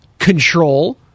control